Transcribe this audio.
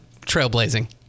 Trailblazing